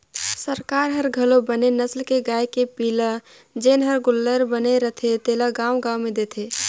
सरकार हर घलो बने नसल के गाय के पिला जेन हर गोल्लर बने रथे तेला गाँव गाँव में देथे